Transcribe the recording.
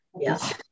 Yes